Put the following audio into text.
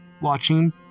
...watching